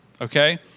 Okay